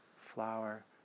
flower